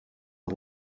the